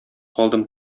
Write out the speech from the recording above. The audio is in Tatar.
калдым